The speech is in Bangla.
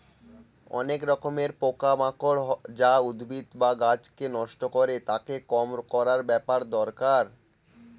অনেক রকমের পোকা মাকড় হয় যা উদ্ভিদ বা গাছকে নষ্ট করে, তাকে কম করার ব্যাপার দরকার